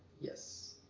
Yes